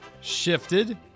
shifted